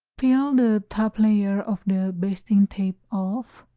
peel the top layer of the basting tape off,